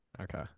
Okay